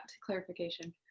clarification